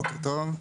בוקר טוב.